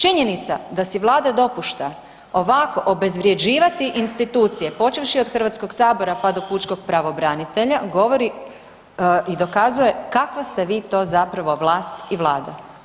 Činjenica da si Vlada dopušta ovako obezvrjeđivati institucije počevši od Hrvatskog Sabora pa do pučkog pravobranitelja govori i dokazuje kakva ste vi to zapravo vlast i Vlada.